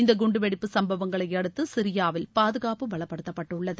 இந்த குண்டுவெடிப்பு சம்பவங்களை அடுத்து சிரியாவில் பாதுகாப்புப் பலப்படுத்தப்பட்டுள்ளது